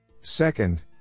Second